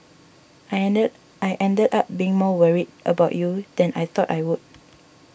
I ended I ended up being more worried about you than I thought I would